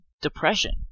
depression